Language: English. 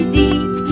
deep